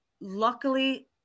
luckily